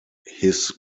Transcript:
his